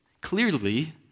clearly